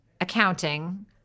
accounting